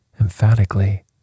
emphatically